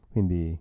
Quindi